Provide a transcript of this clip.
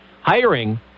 hiring